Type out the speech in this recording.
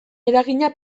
eragina